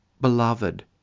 Beloved